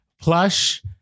plush